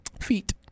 feet